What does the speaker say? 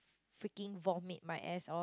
freaking vomit my ass off